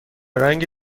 رنگ